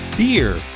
Beer